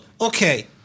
okay